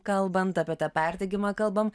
kalbant apie tą perdegimą kalbam